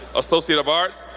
associate of arts,